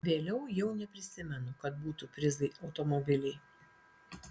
vėliau jau neprisimenu kad būtų prizai automobiliai